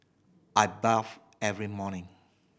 I bathe every morning